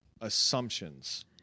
Assumptions